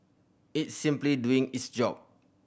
it's simply doing its job